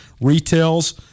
retails